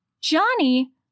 Johnny